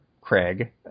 Craig